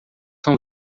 são